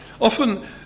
Often